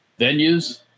venues